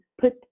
put